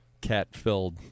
cat-filled